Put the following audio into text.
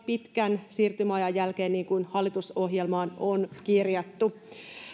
pitkän siirtymäajan jälkeen niin kuin hallitusohjelmaan on kirjattu